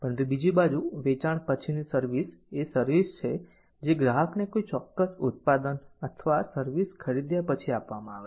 પરંતુ બીજી બાજુ વેચાણ પછીની સર્વિસ એ સર્વિસ છે જે ગ્રાહકને કોઈ ચોક્કસ ઉત્પાદન અથવા સર્વિસ ખરીદ્યા પછી આપવામાં આવે છે